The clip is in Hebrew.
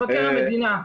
--- מבקר המדינה.